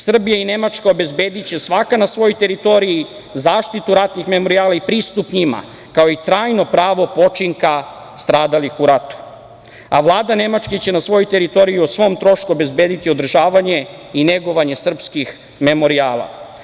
Srbija i Nemačka obezbediće svaka na svojoj teritoriji zaštitu ratnih memorijala i pristup njima, kao i trajno pravo počinka stradalih u ratu, a Vlada Nemačke će na svojoj teritoriji, o svom trošku, obezbediti održavanje i negovanje srpskih memorijala.